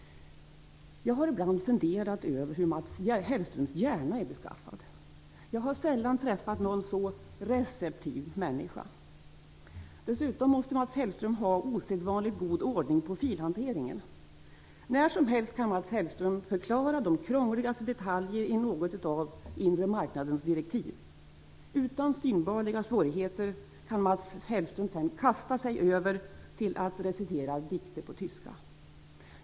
Jag har ibland funderat över hur Mats Hellströms hjärna är beskaffad. Jag har sällan träffat någon så reciptiv människa. Dessutom måste han ha osedvanligt god ordning på filhanteringen. När som helst kan han förklara de krångligaste detaljer i något av inre marknadens direktiv. Utan synbarliga svårigheter kan ha sedan kasta sig över till att recitera dikter på tyska.